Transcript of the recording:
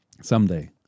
someday